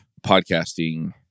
podcasting